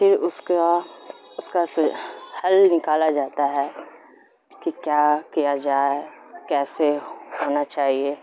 پھر اس کا اس کا سے حل نکالا جاتا ہے کہ کیا کیا جائے کیسے ہونا چاہیے